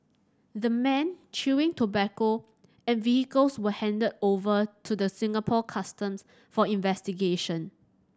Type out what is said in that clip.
the men chewing tobacco and vehicles were handed over to the Singapore Customs for investigation